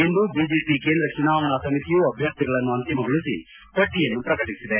ಇಂದು BJP ಕೇಂದ್ರ ಚುನಾವಣಾ ಸಮಿತಿಯು ಅಭ್ಯರ್ಥಿಗಳನ್ನು ಅಂತಿಮಗೊಳಿಸಿ ಪಟ್ಟಯನ್ನು ಪ್ರಕಟಿಸಿದೆ